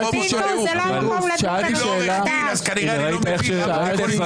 עד אתמול השחקנים בהצגה היו שניים בתפקיד הראשי,